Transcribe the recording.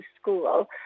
school